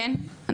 כן?